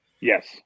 Yes